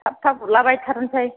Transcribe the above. थाब थाब गुरला बायथारनोसै